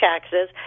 taxes